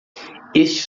este